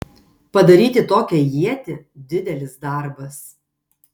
padaryti tokią ietį didelis darbas